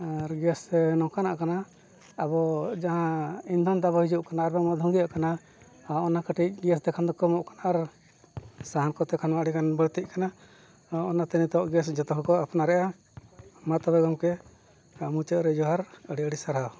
ᱟᱨ ᱜᱮᱥ ᱥᱮ ᱱᱚᱝᱠᱟᱱᱟᱜ ᱠᱟᱱᱟ ᱟᱵᱚ ᱡᱟᱦᱟᱸ ᱤᱱᱫᱷᱚᱱ ᱛᱟᱵᱚ ᱦᱤᱡᱩᱜ ᱠᱟᱱᱟ ᱟᱨ ᱵᱟᱝᱢᱟ ᱫᱷᱩᱸᱜ ᱠᱟᱱᱟ ᱚᱱᱟ ᱠᱟᱹᱴᱤᱡ ᱜᱮᱥ ᱛᱮᱠᱷᱟᱱ ᱫᱚ ᱠᱚᱢᱚᱜ ᱠᱟᱱᱟ ᱟᱨ ᱥᱟᱦᱟᱱ ᱠᱚ ᱛᱮᱠᱷᱟᱱ ᱟᱹᱰᱤ ᱜᱟᱱ ᱵᱟᱹᱲᱛᱤᱜ ᱠᱟᱱᱟ ᱚᱱᱟᱛᱮ ᱱᱤᱛᱚᱜ ᱜᱮᱥ ᱡᱚᱛᱚ ᱦᱚᱲ ᱠᱚ ᱟᱯᱱᱟᱨᱮᱜᱼᱟ ᱢᱟ ᱛᱚᱵᱮ ᱜᱚᱝᱠᱮ ᱢᱩᱪᱟᱹᱫ ᱨᱮ ᱡᱚᱦᱟᱨ ᱟᱹᱰᱤ ᱟᱹᱰᱤ ᱥᱟᱨᱦᱟᱣ